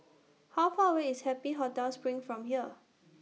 How Far away IS Happy Hotel SPRING from here